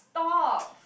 stop